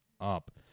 up